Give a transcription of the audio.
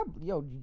yo